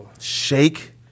shake